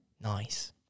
nice